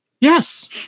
Yes